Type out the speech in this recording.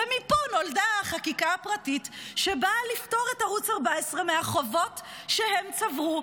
ומפה נולדה החקיקה הפרטית שבאה לפתור את ערוץ 14 מהחובות שהם צברו,